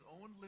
own